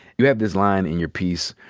you have this line in your piece.